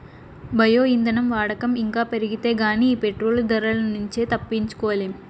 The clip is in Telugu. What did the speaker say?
బయో ఇంధనం వాడకం ఇంకా పెరిగితే గానీ ఈ పెట్రోలు ధరల నుంచి తప్పించుకోలేం